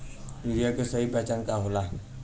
Urea के सही पहचान का होला?